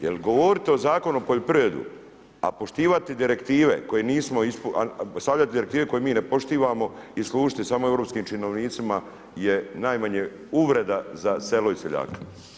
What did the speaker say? Jer govoriti o Zakonu o poljoprivredi, a poštivati direktive koje nismo, a stavljati direktive koje mi ne poštivamo i služiti samo europskim činovnicima je najmanje uvreda za selo i seljake.